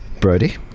Brody